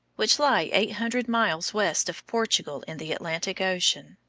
which lie eight hundred miles west of portugal in the atlantic ocean.